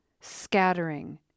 scattering